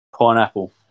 Pineapple